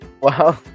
Wow